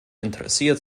interessiert